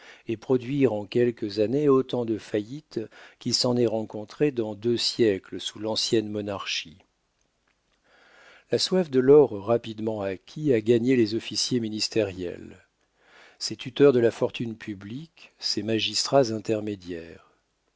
et produire en quelques années autant de faillites qu'il s'en est rencontré dans deux siècles sous l'ancienne monarchie la soif de l'or rapidement acquis a gagné les officiers ministériels ces tuteurs de la fortune publique ces magistrats intermédiaires